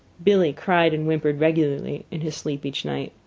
billee cried and whimpered regularly in his sleep each night.